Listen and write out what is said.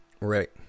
Right